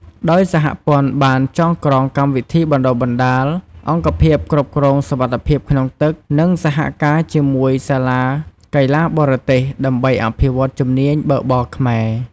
ដោយសហព័ន្ធក៏បានចងក្រងកម្មវិធីបណ្តុះបណ្តាល អង្គភាពគ្រប់គ្រងសុវត្ថិភាពក្នុងទឹក និងសហការជាមួយសាលាកីឡាបរទេស ដើម្បីអភិវឌ្ឍជំនាញអ្នកបើកបរខ្មែរ។